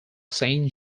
saint